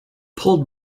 pulled